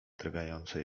drgające